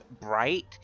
bright